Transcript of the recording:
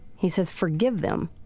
he says forgive them